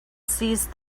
seized